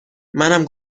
منم